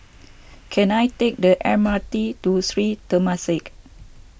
can I take the M R T to Sri Temasek